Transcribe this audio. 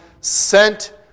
sent